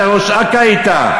אתה, ראש אכ"א היית.